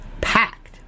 Packed